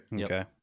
Okay